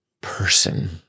person